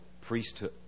priesthood